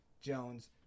Jones